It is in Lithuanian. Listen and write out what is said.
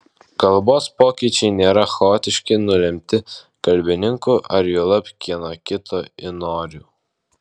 kalbos pokyčiai nėra chaotiški nulemti kalbininkų ar juolab kieno kito įnorių